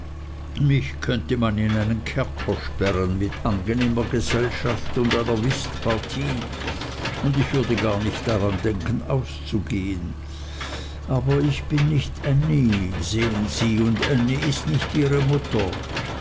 mich könnte man in einen kerker sperren mit angenehmer gesellschaft und einer whistpartie und ich würde gar nicht daran denken auszugehen aber ich bin nicht ännie sehen sie und ännie ist nicht ihre mutter